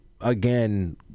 again